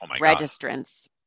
registrants